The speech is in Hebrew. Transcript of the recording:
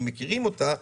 אם מכירים אותה,